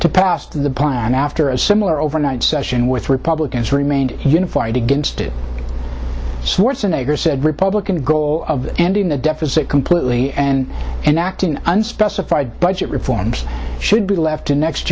to pass the plan after a similar overnight session with republicans remained unified against swartz an acre said republican goal of ending the deficit completely and and acting unspecified budget reforms should be left to next